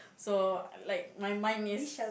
so like my mind is